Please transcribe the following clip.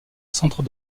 centre